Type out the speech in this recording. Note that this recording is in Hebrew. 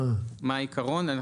רק נגיד קודם כל מה העיקרון,